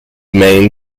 main